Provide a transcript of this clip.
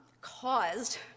caused